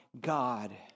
God